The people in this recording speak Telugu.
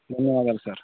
అలాగే సార్